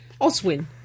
Oswin